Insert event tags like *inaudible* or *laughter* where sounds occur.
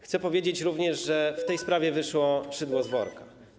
Chcę powiedzieć również, że w tej sprawie *noise* wyszło szydło z worka.